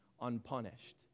unpunished